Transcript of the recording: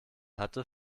hatte